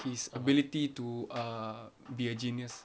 his ability to uh be a genius